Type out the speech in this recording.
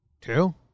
Two